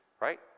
Right